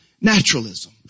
naturalism